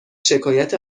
شکایت